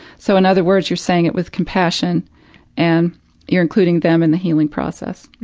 so, in other words, you're saying it with compassion and you're including them in the healing process.